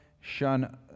shun